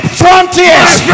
frontiers